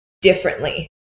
differently